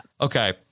okay